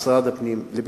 משרד הפנים, למה?